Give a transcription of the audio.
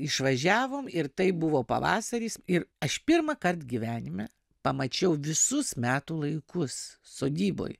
išvažiavom ir tai buvo pavasaris ir aš pirmąkart gyvenime pamačiau visus metų laikus sodyboj